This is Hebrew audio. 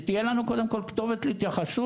שתהיה לנו קודם כל כתובת להתייחסות.